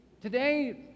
Today